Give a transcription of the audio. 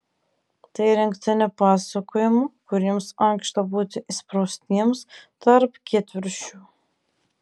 tai rinktinė pasakojimų kuriems ankšta būti įspraustiems tarp kietviršių